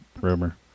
rumor